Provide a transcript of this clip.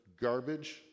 garbage